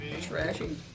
Trashy